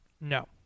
No